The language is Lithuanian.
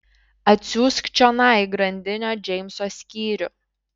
atsiųsk čionai grandinio džeimso skyrių